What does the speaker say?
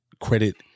credit